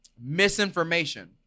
misinformation